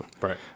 Right